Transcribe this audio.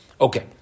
Okay